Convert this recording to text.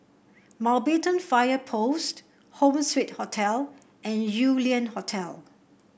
Mountbatten Fire Post Home Suite Hotel and Yew Lian Hotel